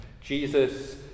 Jesus